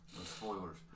spoilers